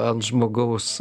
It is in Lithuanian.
ant žmogaus